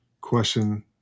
question